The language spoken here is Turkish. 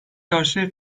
karşıya